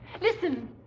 Listen